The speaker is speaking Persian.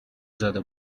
زده